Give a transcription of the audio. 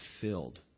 filled